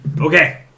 Okay